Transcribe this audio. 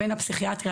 בין הפסיכיאטריה,